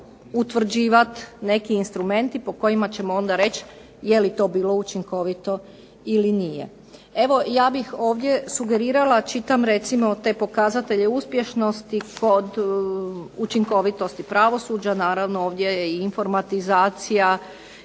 učinkovitosti pravosuđa, naravno ovdje je i informatizacija